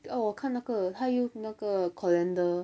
oh 我看那个他用那个 coriander